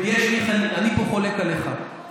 אני פה חולק עליך,